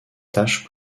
taches